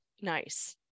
nice